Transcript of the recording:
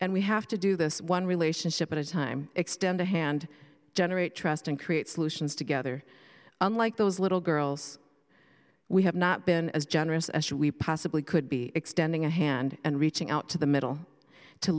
and we have to do this one relationship at a time extend a hand generate trust and create solutions together unlike those little girls we have not been as generous as we possibly could be extending a hand and reaching out to the middle to